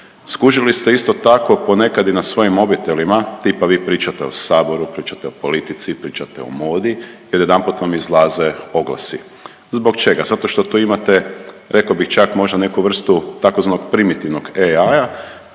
Skužili ste isto tako ponekad i na svojim mobitelima, tipa vi pričate o Saboru, pričate o politici, pričate o modi i odjedanput vam izlaze oglasi. Zbog čega? Zato što tu imate reko bih čak možda neku vrstu tzv. primitivnog AI